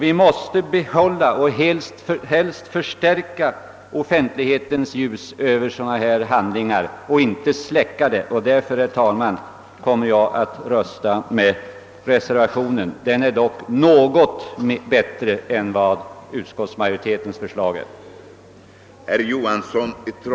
Vi måste behålla, och helst även förstärka, offentlighetens ljus över sådana handlingar och inte släcka det. Därför, herr talman, kommer jag att rösta för reservationen!. Den är dock något bättre än vad utskottsmajoritetens förslag är.